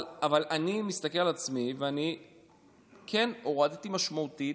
אבל אני מסתכל על עצמי ואני כן הורדתי משמעותית